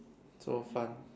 so fun